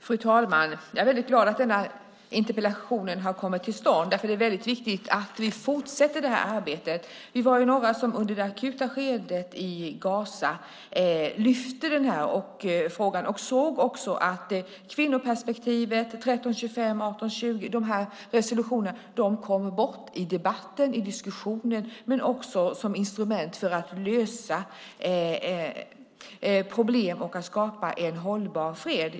Fru talman! Jag är väldigt glad att denna interpellationsdebatt har kommit till stånd. Det är väldigt viktigt att vi fortsätter det här arbetet. Vi var några som under det akuta skedet i Gaza lyfte fram den här frågan. Vi insåg att kvinnoperspektivet och resolutionerna 1325 och 1820 kom bort i debatten och diskussionen och som instrument för att lösa problem och skapa hållbar fred.